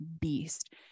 beast